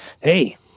hey